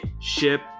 ship